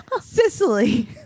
Sicily